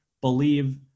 believe